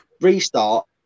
restart